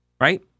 right